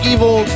Evil